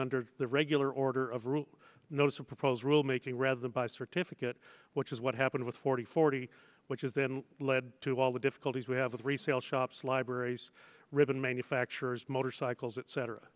under the regular order of rule knows who proposed rule making rather than by certificate which is what happened with forty forty which is then led to all the difficulties we have with resale shops libraries ribbon manufacturers motorcycles et